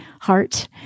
heart